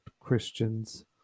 Christians